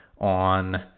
on